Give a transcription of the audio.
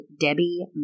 Debbie